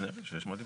כנראה שיש מה לבדוק.